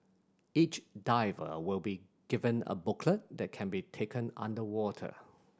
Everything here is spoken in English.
each diver will be given a booklet that can be taken underwater